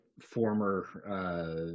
former